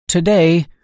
Today